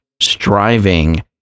striving